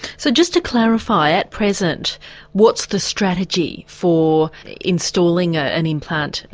so just to clarify, at present what's the strategy for installing ah an implant,